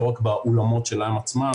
לא רק באולמות שלהם עצמם,